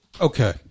okay